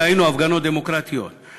ראינו הפגנות דמוקרטיות,